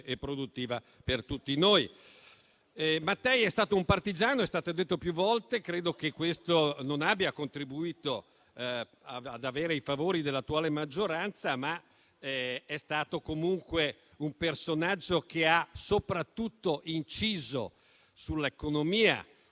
e produttiva per tutti noi. È stato detto più volte che Mattei è stato un partigiano, ma credo che questo non abbia contribuito ad avere i favori dell'attuale maggioranza. È stato comunque un personaggio che ha soprattutto inciso sull'economia